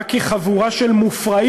רק כי חבורה של מופרעים,